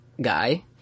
guy